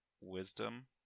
Wisdom